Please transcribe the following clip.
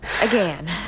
Again